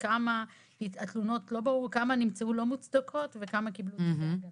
כמה מהתלונות נמצאו כלא מוצדקות וכמה קיבלו את ההגנה.